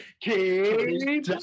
Keep